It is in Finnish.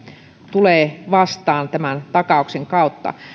tulee vastaan tämän takauksen kautta